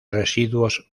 residuos